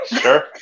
Sure